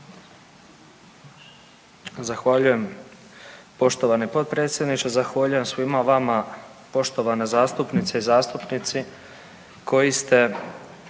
Zahvaljujem poštovani potpredsjedniče. Zahvaljujem svima vama poštovane zastupnice i zastupnici koji ste